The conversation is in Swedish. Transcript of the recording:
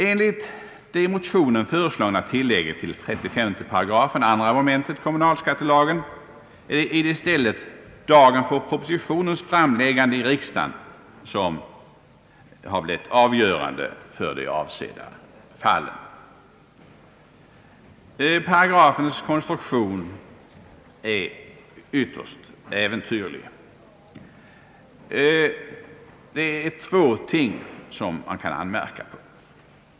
Enligt det i motionen föreslagna tilllägget till 35 § 2 mom. kommunalskattelagen är det i stället dagen för propositionens framläggande i riksdagen som skulle bli avgörande för det avsedda fallet. Paragrafens konstruktion är ytterst äventyrlig — man kan göra två anmärkningar.